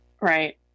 right